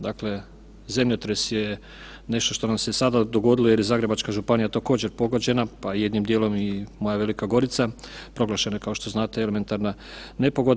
Dakle zemljotres je nešto što nam se sada dogodilo jer je Zagrebačka županija također pogođena pa jednim dijelom i moja Velika Gorica proglašeno je kao što znate elementarna nepogoda.